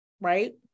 right